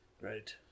Right